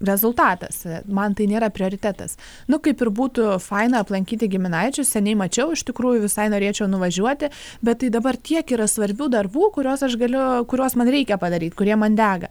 rezultatas man tai nėra prioritetas nu kaip ir būtų faina aplankyti giminaičius seniai mačiau iš tikrųjų visai norėčiau nuvažiuoti bet tai dabar tiek yra svarbių darbų kuriuos aš galiu kuriuos man reikia padaryt kurie man dega